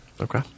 Okay